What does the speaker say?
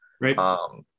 Right